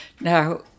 Now